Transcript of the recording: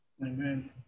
Amen